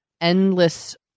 endless